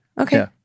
okay